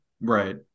right